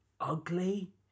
ugly